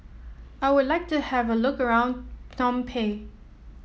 I would like to have a look around Phnom Penh